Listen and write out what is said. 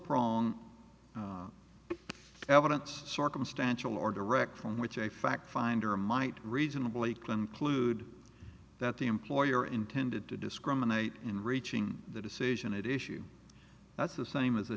prong evidence circumstantial or direct from which a fact finder might reasonably claim clude that the employer intended to discriminate in reaching the decision at issue that's the same as